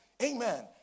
Amen